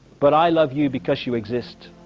but i love you because you exist.